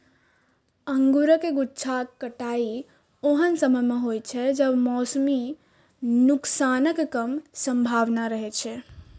अंगूरक गुच्छाक कटाइ ओहन समय मे होइ छै, जब मौसमी नुकसानक कम संभावना रहै छै